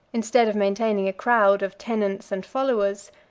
instead of maintaining a crowd of tenants and followers,